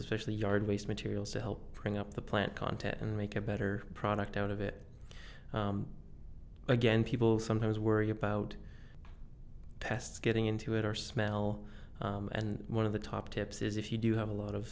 actually yard waste materials to help bring up the plant content and make a better product out of it again people sometimes worry about pests getting into it or smell and one of the top tips is if you do have a lot of